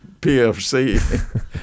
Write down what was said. PFC